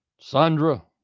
Sandra